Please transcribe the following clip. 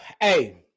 Hey